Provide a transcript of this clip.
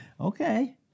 Okay